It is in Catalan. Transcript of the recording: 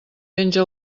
penja